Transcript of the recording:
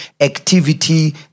activity